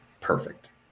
perfect